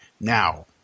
now